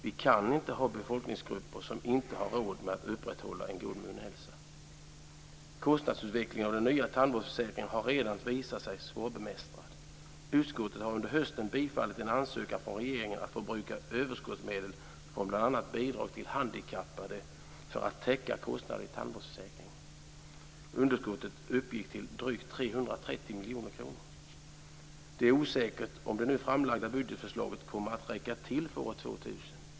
Vi kan inte ha befolkningsgrupper som inte har råd med att upprätthålla en god munhälsa. Kostnadsutvecklingen av den nya tandvårdsförsäkringen har redan visat sig svårbemästrad. Utskottet har under hösten tillstyrkt en ansökan från regeringen att få bruka överskottsmedel från bl.a. bidrag till handikappade för att täcka kostnader i tandvårdsförsäkringen. Det underskottet uppgick till drygt 330 miljoner kronor. Det är osäkert om det nu framlagda budgetförslaget kommer att räcka till för år 2000.